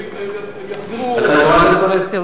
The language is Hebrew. הם יחזרו, אתה שמעת את ההסכם?